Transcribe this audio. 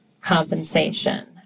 compensation